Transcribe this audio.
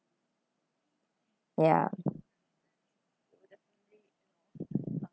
ya